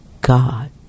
God